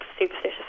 superstitious